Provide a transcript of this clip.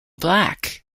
black